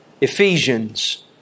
Ephesians